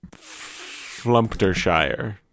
Flumptershire